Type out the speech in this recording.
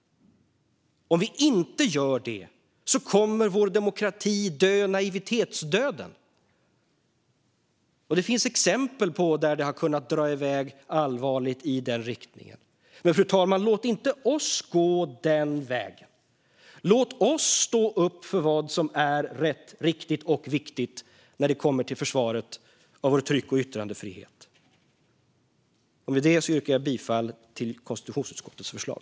Om vi inte gör det kommer vår demokrati att dö naivitetsdöden. Det finns exempel på där det har kunnat dra i väg allvarligt i den riktningen. Men, fru talman, låt inte oss gå den vägen. Låt oss stå upp för vad som är rätt, riktigt och viktigt när det kommer till försvaret av vår tryck och yttrandefrihet. Med detta yrkar jag bifall till konstitutionsutskottets förslag.